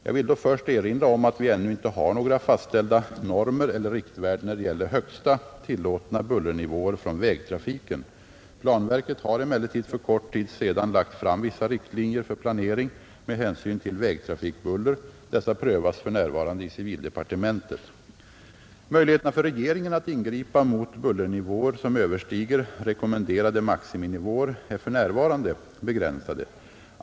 Jag vill då först erinra om att vi ännu inte har några fastställda normer eller riktvärden när det gäller högsta tillåtna bullernivåer från vägtrafiken. Planverket har emellertid för kort tid sedan lagt fram vissa riktlinjer för planering med hänsyn till vägtrafikbuller. Dessa prövas för närvarande i civildepartementet. Möjligheterna för regeringen att ingripa mot bullernivåer som överstiger rekommenderade maximinivåer är för närvarande begränsade.